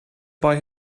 buy